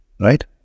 Right